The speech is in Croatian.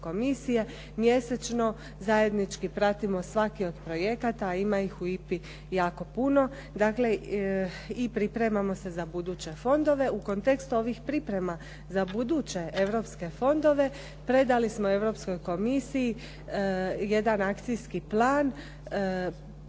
komisije mjesečno, zajednički pratimo svaki od projekata a ima ih u IPA-i jako puno, i pripremamo se za buduće fondove. U kontekstu ovih priprema za buduće europske fondove predali smo Europskoj komisiji jedan akcijski plan